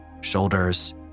shoulders